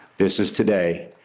this is today.